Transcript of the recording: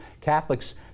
Catholics